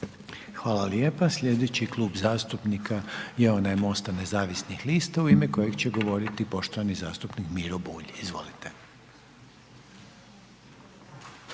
Hvala lijepo. Slijedeći Klub zastupnika je onaj MOST-a nezavisnih lista u ime kojeg će govoriti poštovani zastupnik Miro Bulj, izvolite.